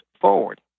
forward